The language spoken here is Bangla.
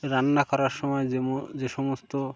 রান্না করার সময় যেম যে সমস্ত